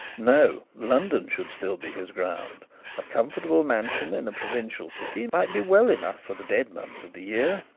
no london should still be his ground a comfortable mansion in a provincial city might be well enough for the dead months of the year.